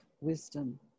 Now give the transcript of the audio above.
wisdom